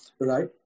right